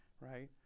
right